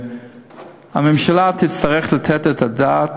שהממשלה תצטרך לתת את הדעת,